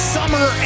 Summer